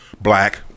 black